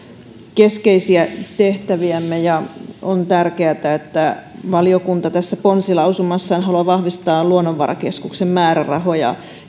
keskeisiä tehtäviämme ja on tärkeätä että valiokunta tässä ponsilausumassaan haluaa vahvistaa luonnonvarakeskuksen määrärahoja